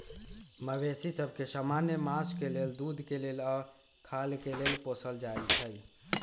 मवेशि सभ के समान्य मास के लेल, दूध के लेल आऽ खाल के लेल पोसल जाइ छइ